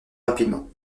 rapidement